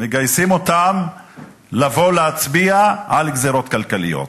מגייסים אותם לבוא להצביע על גזירות כלכליות.